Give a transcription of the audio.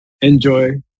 enjoy